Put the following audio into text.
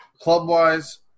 Club-wise